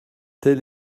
tel